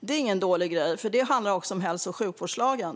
Det är ingen dålig grej. Det handlar också om hälso och sjukvårdslagen.